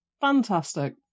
fantastic